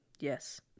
Yes